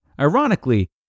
ironically